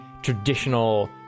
traditional